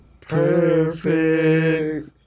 perfect